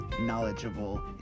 knowledgeable